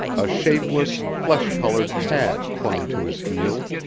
a shapeless, flesh-colored pad clung to his heel,